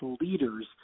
leaders